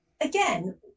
again